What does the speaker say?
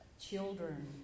children